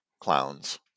clowns